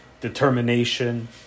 determination